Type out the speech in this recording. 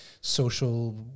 social